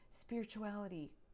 spirituality